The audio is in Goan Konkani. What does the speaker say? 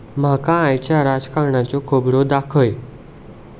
म्हाका आयच्या राजकारणाच्यो खबरो दाखय